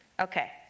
Okay